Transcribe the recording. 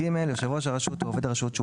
(ג) יושב ראש הרשות או עובד הרשות שהוא